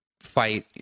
fight